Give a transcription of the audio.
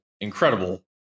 incredible